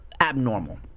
abnormal